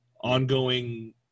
ongoing